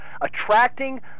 attracting